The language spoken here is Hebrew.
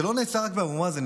זה לא נעצר רק באבו מאזן.